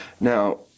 now